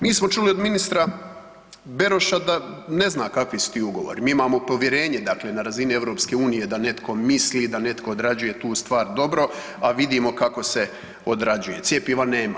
Mi smo čuli od ministra Beroša da ne zna kakvi su ti ugovori, mi imamo povjerenje, dakle na razini EU da netko misli, da netko odrađuje tu stvar dobro, a vidimo kako se odrađuje, cjepiva nema.